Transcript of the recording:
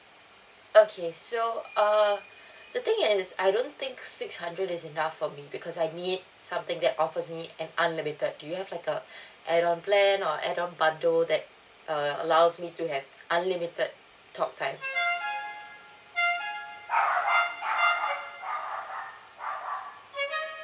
okay so err the thing is I don't think six hundred is enough for me because I need something that offers me an unlimited do you have like a add on plan or add on bundle that err allows me to have unlimited talk time